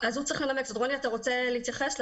רוני, אתה רוצה להתייחס?